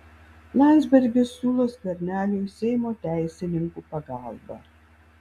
landsbergis siūlo skverneliui seimo teisininkų pagalbą